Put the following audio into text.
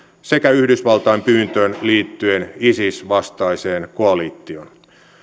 sekä yhdysvaltain pyyntöön liittyen isis vastaiseen koalitioon